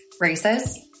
races